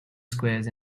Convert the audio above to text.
squares